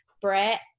Brett